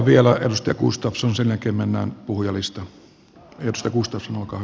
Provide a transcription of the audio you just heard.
vielä edustaja gustafsson sen jälkeen mennään puhujalistaan